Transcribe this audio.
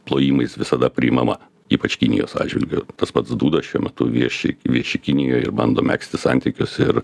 plojimais visada priimama ypač kinijos atžvilgiu tas pats duda šiuo metu vieši vieši kinijoj ir bando megzti santykius ir